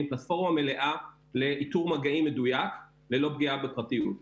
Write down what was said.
פלטפורמה מלאה לאיתור מגעים מדויק ללא פגיעה בפרטיות.